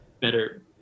better